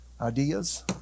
ideas